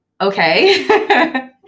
Okay